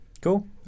Cool